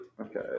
Okay